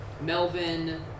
Melvin